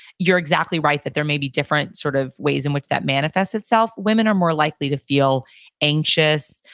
you're exactly right, that there may be different sort of ways in which that manifests itself. women are more likely to feel anxious,